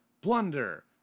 blunder